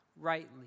rightly